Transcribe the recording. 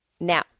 Now